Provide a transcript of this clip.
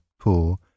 poor